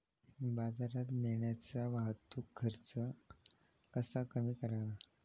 बाजारात नेण्याचा वाहतूक खर्च कसा कमी करावा?